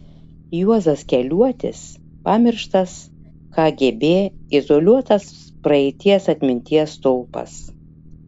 juozas keliuotis pamirštas kgb izoliuotas praeities atminties stulpas